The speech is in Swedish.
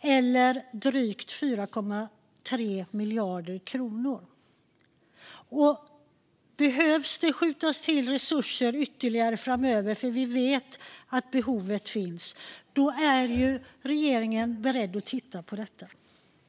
eller drygt 4,3 miljarder kronor. Behöver det skjutas till ytterligare resurser framöver - vi vet ju att behov finns - är regeringen beredd att titta på detta.